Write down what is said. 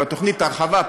בתוכנית ההרחבה,